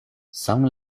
some